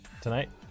Tonight